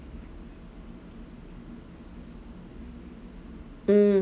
mm